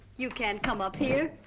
you can't come up here.